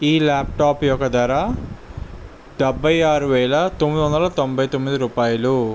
ఈ ల్యాప్టాప్ యొక్క ధర డెబ్బై ఆరు వేల తొమ్మిది వందల తొంభై తొమ్మిది రూపాయలు